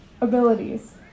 abilities